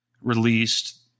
released